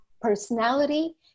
personality